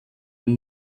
den